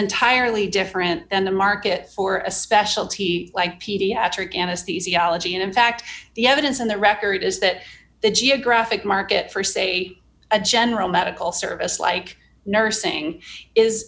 entirely different and the market for a specialty like pediatric anesthesiology and in fact the evidence on the record is that the geographic market for say a general medical service like nursing is